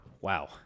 Wow